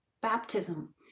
Baptism